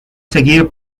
seguir